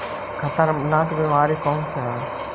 खतरनाक बीमारी कौन सा है?